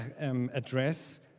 address